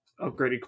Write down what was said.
upgraded